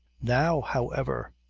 now, however,